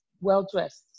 well-dressed